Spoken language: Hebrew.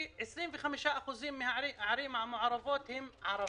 כאשר 25% מן הערים המעורבות הם ערבים.